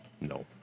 No